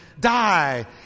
die